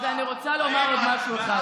אני רוצה לומר עוד משהו אחד.